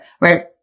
right